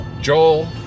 Joel